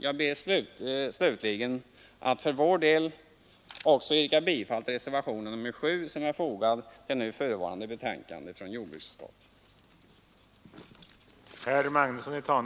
Jag ber slutligen att, för vår del, också få yrka bifall till reservationen 7 som är fogad till nu förevarande betänkande från jordbruksutskottet.